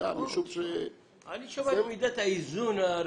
תמשיכו לפקוד את המועדון,